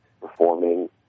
performing